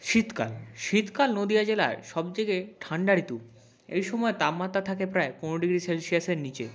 শীতকাল শীতকাল নদীয়া জেলায় সব থেকে ঠান্ডা ঋতু এই সময়ে তাপমাত্রা থাকে প্রায় পনেরো ডিগ্রি সেলসিয়াসের নিচে